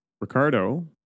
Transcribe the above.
Ricardo